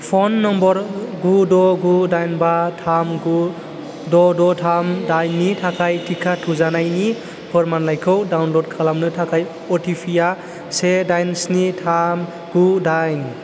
phone number गु द' गु दाइन बा थाम गु द' द' थाम दाइननि थाखाय टिका थुजानायनि फोरमानलाइखौ डाउनलड खालामनो थाखाय अटिपिआ से दाइन स्नि थाम गु दाइन